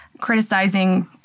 criticizing